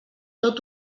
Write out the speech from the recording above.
tot